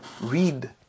read